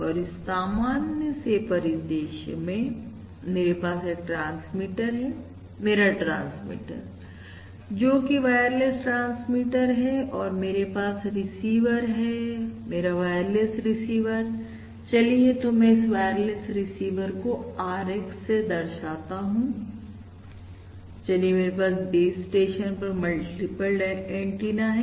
और इस सामान्य से परिदृश्य में मेरे पास एक ट्रांसमीटर है मेरा ट्रांसमीटर जोकि वायरलेस ट्रांसमीटर है और मेरे पास मेरा रिसीवर है मेरा वायरलेस रिसीवर चलिए तो मैं इस वायरलेस रिसीवर को RX से दर्शाता हूं और चलिए मेरे पास बेस स्टेशन पर मल्टीपल एंटीना है